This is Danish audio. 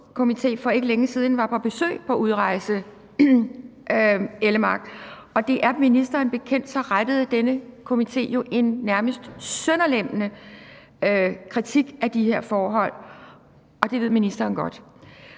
torturkomité for ikke længe siden var på besøg på Udrejsecenter Ellebæk, og som det er ministeren bekendt, rettede denne komité en nærmest sønderlemmende kritik af de her forhold. Det ved ministeren godt.